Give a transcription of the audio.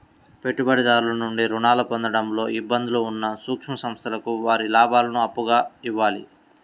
పెట్టుబడిదారుల నుండి రుణాలు పొందడంలో ఇబ్బందులు ఉన్న సూక్ష్మ సంస్థలకు వారి లాభాలను అప్పుగా ఇవ్వాలి